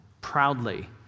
proudly